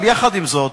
עם זאת,